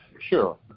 Sure